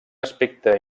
aspecte